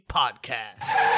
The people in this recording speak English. podcast